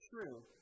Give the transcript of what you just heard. true